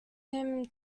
him